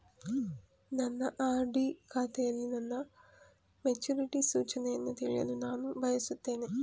ನನ್ನ ಆರ್.ಡಿ ಖಾತೆಯಲ್ಲಿ ನನ್ನ ಮೆಚುರಿಟಿ ಸೂಚನೆಯನ್ನು ತಿಳಿಯಲು ನಾನು ಬಯಸುತ್ತೇನೆ